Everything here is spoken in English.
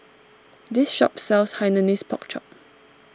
this shop sells Hainanese Pork Chop